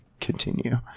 continue